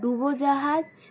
ডুবোজাহাজ